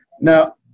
Now